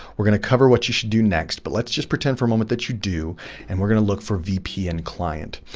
we're going to cover what you should do next, but let's just pretend for a moment that you do and we're going to look for vpn client.